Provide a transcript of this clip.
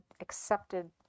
accepted